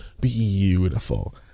beautiful